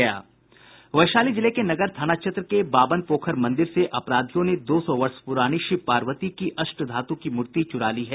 वैशाली जिले के नगर थाना क्षेत्र के बावन पोखर मंदिर से अपराधियों ने दो सौ वर्ष प्ररानी शिव पार्वती की अष्टधातु की मूर्ति चुरा ली है